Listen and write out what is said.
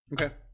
Okay